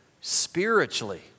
spiritually